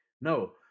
No